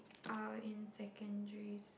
uh in secondary